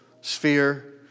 sphere